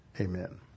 amen